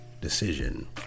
decision